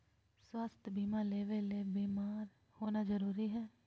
स्वास्थ्य बीमा लेबे ले बीमार होना जरूरी हय?